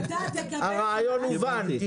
הרעיון הובן.